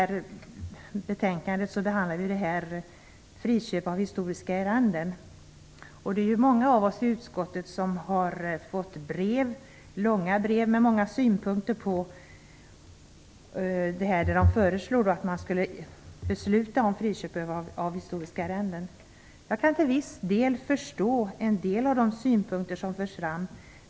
I betänkandet behandlas även frågan om friköp av historiska arrenden. Många av oss i utskottet har fått långa brev med många synpunkter, där det föreslagits beslut om friköp av historiska arrenden. Jag kan till viss del förstå en del av de synpunkter som förts fram.